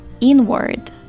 inward